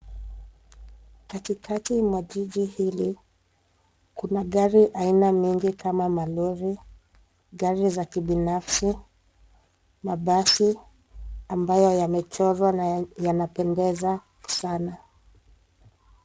Katikati mwa jiji hili, kuna gari aina nyingi kama malori, gari za kibinafsi, mabasi ambayo yamechorwa na yanapendeza sana.